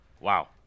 wow